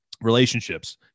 relationships